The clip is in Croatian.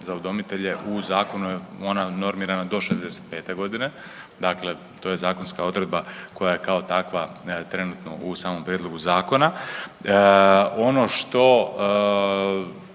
za udomitelje, u zakonu je ona normirana do 65 g., dakle to je zakonska odredba koja je kao takva trenutno u samom prijedlogu zakona. Ono što